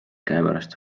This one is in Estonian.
käepärast